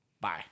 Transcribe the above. bye